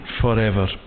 forever